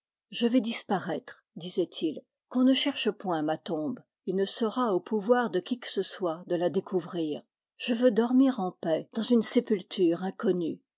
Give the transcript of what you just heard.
je vais disparaître disait-il qu'on ne cherche point ma tombe il ne sera au pouvoir de qui que ce soit de la découvrir je veux dormir en paix dans une sépulture inconnue